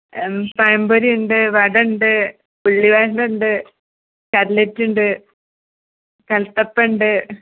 പഴം പൊരിയുണ്ട് വട ഉണ്ട് ഉള്ളിവട ഉണ്ട് കട്ലറ്റ് ഉണ്ട് കൽത്തപ്പം ഉണ്ട്